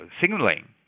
signaling